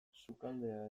sukaldea